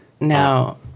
Now